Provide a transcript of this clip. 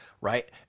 Right